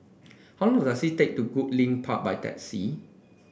how long does it take to get to Goodlink Park by taxi